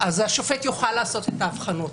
השופט יוכל לעשות את ההבחנות,